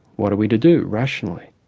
what are we to do rationally?